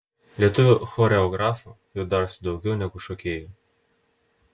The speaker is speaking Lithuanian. lietuvių choreografų jau darosi daugiau negu šokėjų